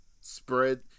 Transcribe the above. spread